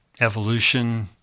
evolution